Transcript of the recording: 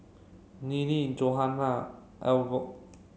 Neely Johana Algot